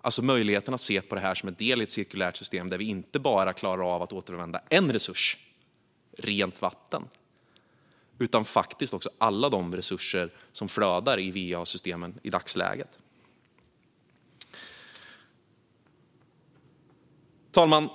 alltså möjligheten att se på det här som en del i ett cirkulärt system där vi inte bara klarar av att återanvända en enda resurs - rent vatten - utan faktiskt också alla de resurser som flödar i va-systemen i dagsläget. Fru talman!